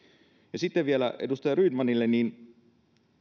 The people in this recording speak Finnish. sitten vielä edustaja rydmanille